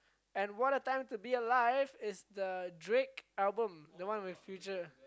and one of the time to be alive is the Drake album the one with future